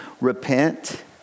repent